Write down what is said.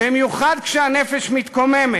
במיוחד כשהנפש מתקוממת